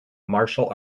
martial